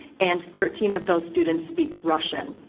and thirteen of those students speak russian.